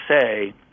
say